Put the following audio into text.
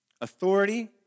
Authority